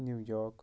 New York